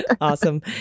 awesome